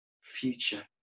future